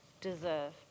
deserve